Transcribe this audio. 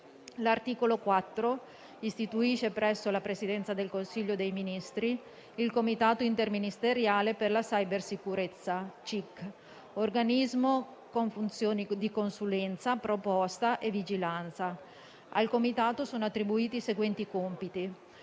L'articolo 4 istituisce presso la Presidenza del Consiglio dei ministri il Comitato interministeriale per la cybersicurezza (CIC), organismo con funzioni di consulenza, proposta e vigilanza. Al Comitato sono attribuiti i seguenti compiti: